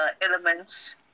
elements